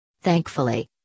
Thankfully